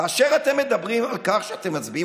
כאשר אתם מדברים על כך שאתם מצביעים,